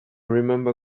remember